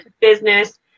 business